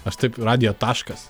aš taip radijo taškas